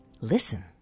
Listen